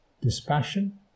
dispassion